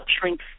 shrink